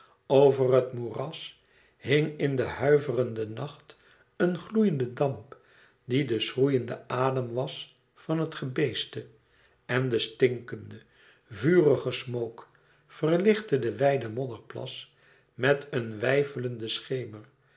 over het moeras hing in de huiverende nacht een gloeiende damp die de schroeiende adem was van het gebeeste en de stinkende vurige smook verlichtte den wijden modderplas met een